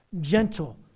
gentle